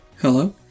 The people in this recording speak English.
Hello